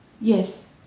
Yes